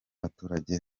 abaturage